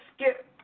skip